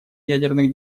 ядерных